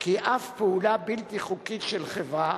כי אף פעולה בלתי חוקית של חברה,